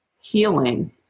healing